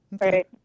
right